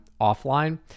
offline